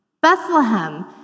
Bethlehem